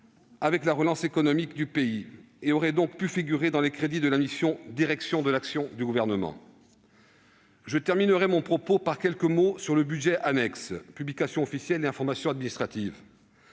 avec la relance économique du pays et aurait donc pu figurer dans les crédits de la mission « Direction de l'action du Gouvernement ». Je terminerai mon propos par quelques mots sur le budget annexe « Publications officielles et information administrative